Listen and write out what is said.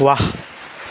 ৱাহ